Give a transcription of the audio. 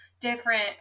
different